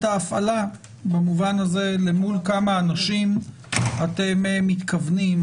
ההפעלה במובן הזה של למול כמה אנשים אתם מתכוונים,